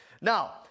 Now